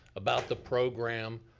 about the program,